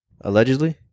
Allegedly